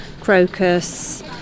crocus